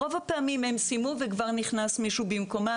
ברוב הפעמים הם סיימו וכבר נכנס מישהו במקומם,